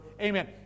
Amen